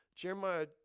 Jeremiah